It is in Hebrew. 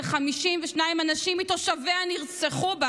ש-52 אנשים מתושביה נרצחו בה